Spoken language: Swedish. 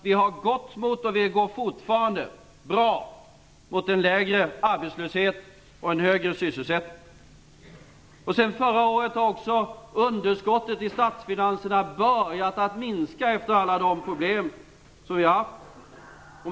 Vi har gått mot och vi går fortfarande mot en lägre arbetslöshet och högre sysselsättning. Sedan förra året har också underskottet i statsfinanserna börjat minska efter alla de problem vi har haft.